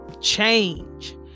change